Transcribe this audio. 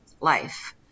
life